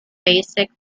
basic